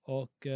och